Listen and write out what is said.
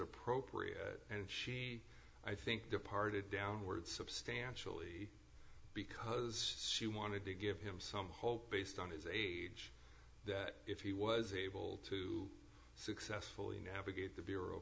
appropriate and she i think departed downward substantially because she wanted to give him some hope based on his age that if he was able to successfully navigate the bureau